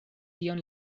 tion